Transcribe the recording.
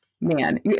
man